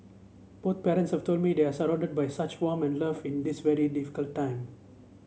both parents have told me they are surrounded by such warm and love in this very difficult time